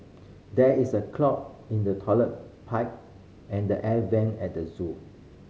there is a clog in the toilet pipe and the air vent at the zoo